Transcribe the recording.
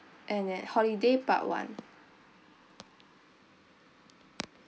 and at holiday part one